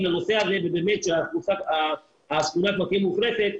לנושא הזה וכי כאשר השכונה תהיה מאוכלסת,